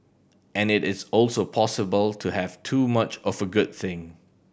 and it is also possible to have too much of a good thing